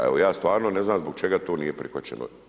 Evo, ja stvarno ne znam zbog čega to nije prihvaćeno.